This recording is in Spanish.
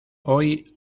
hoy